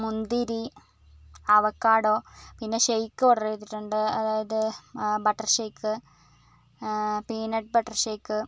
മുന്തിരി അവകാഡോ പിന്നെ shake order ചെയ്തിട്ടുണ്ട് അതായത് butter shake peanut butter shake